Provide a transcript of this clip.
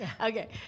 Okay